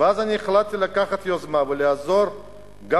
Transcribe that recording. ואז אני החלטתי לקחת יוזמה לעזור גם